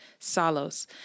Salos